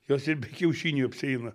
jos ir be kiaušinių apsieina